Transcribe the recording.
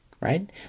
right